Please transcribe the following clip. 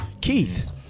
Keith